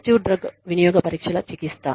positive drug వినియోగ పరీక్షల చికిత్స